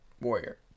Warrior